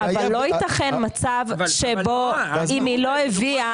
לא יתכן מצב שבו אם היא לא הביאה,